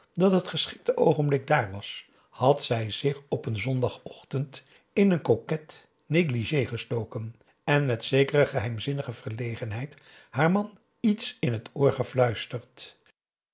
dat het geschikte oogenblik dààr was had zij zich op een zondag ochtend in een coquet négligé gestoken en met zekere geheimzinnige verlegenheid haar man iets in het oor gefluisterd